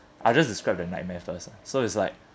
I just describe the nightmares first lah so it's like